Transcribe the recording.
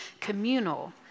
communal